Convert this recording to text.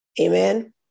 Amen